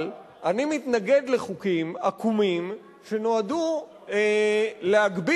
אבל אני מתנגד לחוקים עקומים שנועדו להגביל